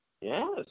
Yes